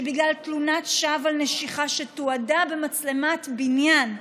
שבגלל תלונת שווא על נשיכה, שתועדה במצלמת בניין,